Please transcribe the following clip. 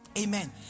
Amen